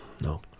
No